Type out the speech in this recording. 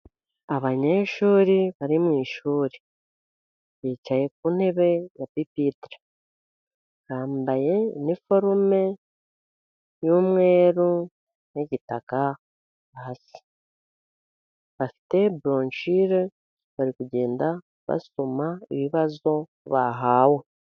Abanyeshuri bari mu ishuri, bicaye ku ntebe ya pipitire, bambaye iniforume y'umweru n'igitaka hasi, bafite boroshire bari kugenda basoma ibibazo bahawe.